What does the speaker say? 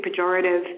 pejorative